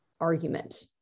argument